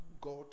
God